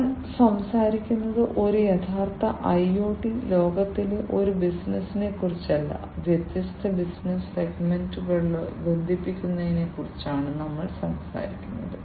ഞങ്ങൾ സംസാരിക്കുന്നത് ഒരു യഥാർത്ഥ ഐഒടി ലോകത്തിലെ ഒരു ബിസിനസ്സിനെക്കുറിച്ചല്ല വ്യത്യസ്ത ബിസിനസ്സ് സെഗ്മെന്റുകളെ ബന്ധിപ്പിക്കുന്നതിനെക്കുറിച്ചാണ് ഞങ്ങൾ സംസാരിക്കുന്നത്